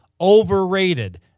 overrated